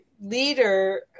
leader